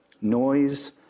Noise